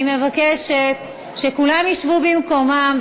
אני מבקשת שכולם ישבו במקומם,